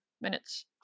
minutes